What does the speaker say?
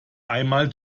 einmal